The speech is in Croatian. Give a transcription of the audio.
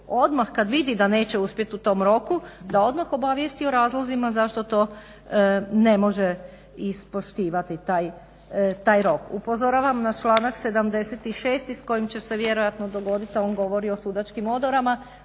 odmah kad vidi da neće uspjeti u tom roku da odmah obavijesti o razlozima zašto to ne može ispoštivati taj rok. Upozoravam na članak 76. s kojim će se vjerojatno dogoditi, a on govori o sudačkim odorama,